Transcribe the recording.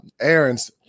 Aaron's